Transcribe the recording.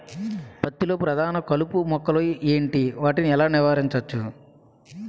పత్తి లో ప్రధాన కలుపు మొక్కలు ఎంటి? వాటిని ఎలా నీవారించచ్చు?